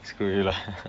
screw you lah